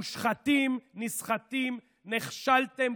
מושחתים, נסחטים, נכשלתם.